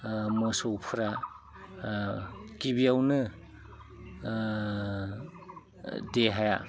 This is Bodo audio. मोसौफ्रा गिबियावनो देहाया